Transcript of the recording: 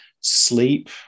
sleep